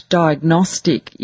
diagnostic